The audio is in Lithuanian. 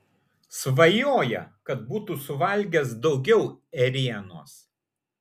svajoja kad būtų suvalgęs daugiau ėrienos